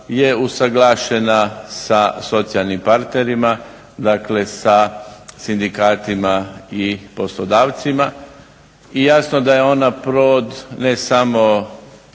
je usuglašena sa socijalnim partnerima, dakle sa sindikatima i poslodavcima. Jasno da je ona plod ne samo